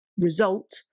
result